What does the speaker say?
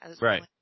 Right